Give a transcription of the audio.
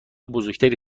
بزرگتری